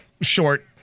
short